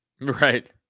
Right